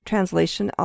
Translation